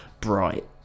bright